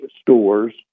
stores